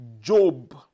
Job